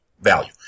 value